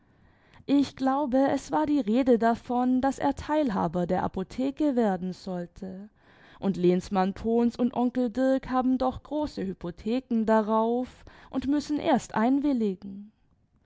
ich glaube es war die rede davon daß er teilhaber der apotheke werden sollte und lehnsmann pohns imd onkel dirk habn doch große hypotheken darauf xmd müssen erst einwilligen